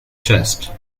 chest